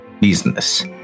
business